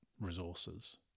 resources